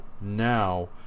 now